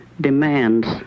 demands